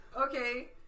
Okay